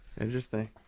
interesting